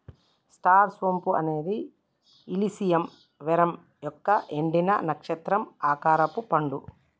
star సోంపు అనేది illicium verum యొక్క ఎండిన, నక్షత్రం ఆకారపు పండు